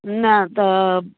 न त